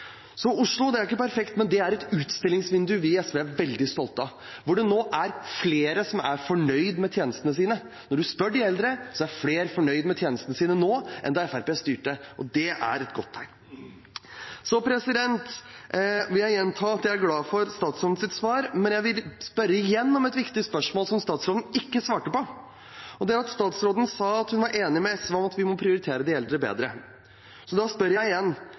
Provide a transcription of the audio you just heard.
Oslo er ikke perfekt, men et utstillingsvindu vi i SV er veldig stolte av, hvor det nå er flere som er fornøyd med tjenestene sine. Når man spør de eldre, er flere fornøyd med tjenestene sine nå enn da Fremskrittspartiet styrte. Det er et godt tegn. Jeg vil gjenta at jeg er glad for statsrådens svar, men jeg vil igjen stille et viktig spørsmål, som statsråden ikke svarte på. Statsråden sa at hun var enig med SV i at vi må prioritere de eldre bedre. Da spør jeg igjen: